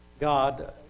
God